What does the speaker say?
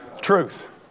Truth